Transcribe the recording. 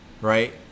Right